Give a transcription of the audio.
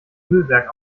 müllberg